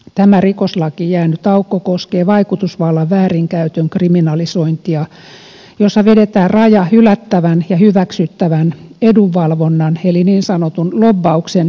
tämä rikoslakiin jäänyt aukko koskee vaikutusvallan väärinkäytön kriminalisointia jossa vedetään raja hylättävän ja hyväksyttävän edunvalvonnan eli niin sanotun lobbauksen välille